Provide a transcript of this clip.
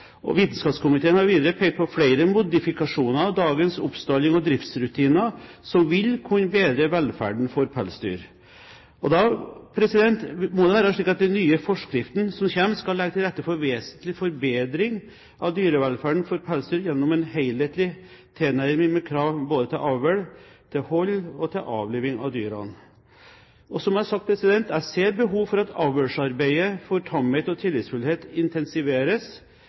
Vitenskapskomiteen har videre pekt på flere modifikasjoner av dagens oppstalling og driftsrutiner som vil kunne bedre velferden for pelsdyr. Da må det være slik at den nye forskriften som kommer, skal legge til rette for vesentlig forbedring av dyrevelferden for pelsdyr gjennom en helhetlig tilnærming, med krav både til avl, til hold og til avlivning av dyrene. Som jeg har sagt, ser jeg behov for at avlsarbeidet for tamhet og tillitsfullhet intensiveres.